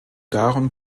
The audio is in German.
darum